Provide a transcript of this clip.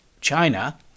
China